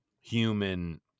human